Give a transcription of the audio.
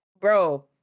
Bro